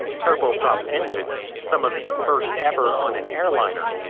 turboprop engines. some of the first ever on an airliner.